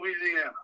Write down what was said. Louisiana